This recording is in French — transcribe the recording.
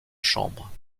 chambre